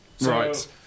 Right